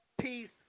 peace